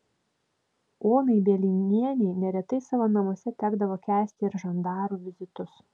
onai bielinienei neretai savo namuose tekdavo kęsti ir žandarų vizitus